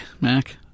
Mac